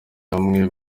hamwe